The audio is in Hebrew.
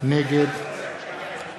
נגד יובל שטייניץ, נגד